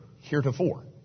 heretofore